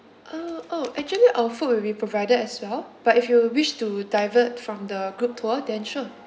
oh oh actually our food will be provided as well but if you wish to divert from the group tour then sure